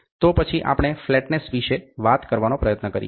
તો પછી આપણે ફ્લેટનેસ વિષે વાત કરવાનો પ્રયત્ન કરીએ